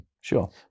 Sure